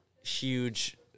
huge